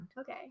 Okay